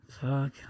Fuck